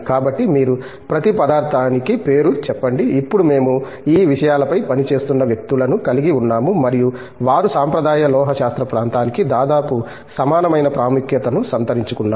కాబట్టి మీరు ప్రతి పదార్థానికి పేరు చెప్పండి ఇప్పుడు మేము ఈ విషయాలపై పని చేస్తున్న వ్యక్తులను కలిగి ఉన్నాము మరియు వారు సాంప్రదాయ లోహశాస్త్ర ప్రాంతానికి దాదాపు సమానమైన ప్రాముఖ్యతను సంతరించుకున్నారు